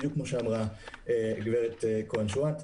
בדיוק כמו שאמרה גברת כהן שאואט,